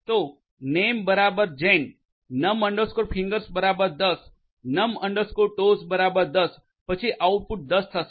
તો નેમ બરાબર જેન નમ ફિંગર્સnum fingers બરાબર 10 નમ ટોnum toes બરાબર 10 પછી આઉટપુટ 10 થશે